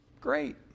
Great